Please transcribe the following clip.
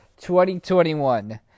2021